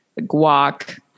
guac